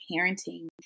parenting